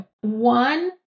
One